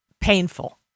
painful